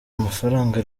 mafaranga